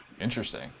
Interesting